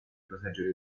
proteggere